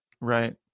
Right